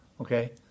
okay